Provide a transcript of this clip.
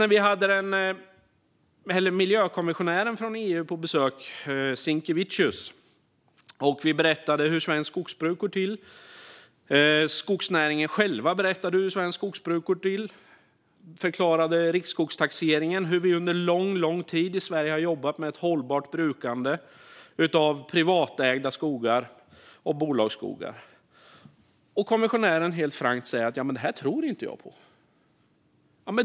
När vi hade miljökommissionären från EU, Sinkevicius, på besök berättade vi hur svenskt skogsbruk går till. Skogsnäringen själva berättade hur svenskt skogsbruk går till. De förklarade riksskogstaxeringen och hur vi under lång, lång tid i Sverige har jobbat med ett hållbart brukande av privatägda skogar och bolagsskogar. Kommissionären säger då helt frankt: Det här tror inte jag på.